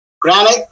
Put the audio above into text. granite